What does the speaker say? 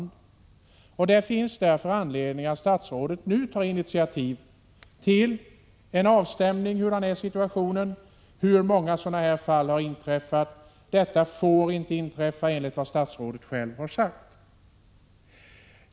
Det finns därför anledning att statsrådet nu tar initiativ till en avstämning av situationen och tar reda på hur många sådana fall som har inträffat. Detta får ju inte inträffa, enligt vad statsrådet själv säger. Herr talman!